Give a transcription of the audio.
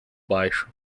baixo